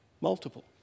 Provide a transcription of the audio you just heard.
multiple